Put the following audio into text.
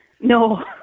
No